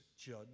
judge